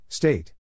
State